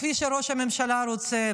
כפי שראש הממשלה רוצה,